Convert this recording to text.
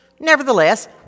Nevertheless